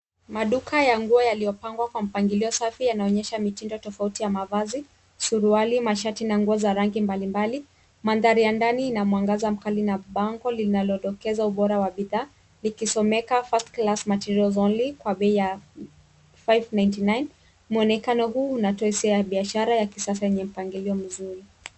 Maduka ya nguo yaliyopangwa kwa mpangilio safi yanaonyesha mitindo tofauti ya mavazi suruali, mashati na nguo za rangi mbalimbali , mandhari ya ndani ina mwangaza mkali na bango linalodokeza ubora wa bidhaa likisomeka first class materials only kwa bei ya miatano tisini na tisa. Mwonekano huu unatoa hisia ya biashara ya kisasa yenye mpangilio mzuri.